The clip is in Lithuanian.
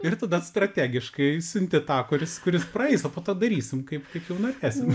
ir tada strategiškai siunti tą kuris kuris praeis o po to darysim kaip kaip jau norėsim